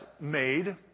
made